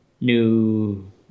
new